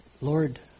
Lord